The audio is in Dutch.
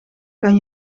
kan